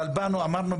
אבל באנו ואמרנו,